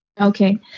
Okay